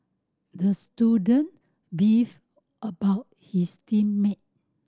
the student beefed about his team mate